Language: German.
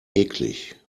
eklig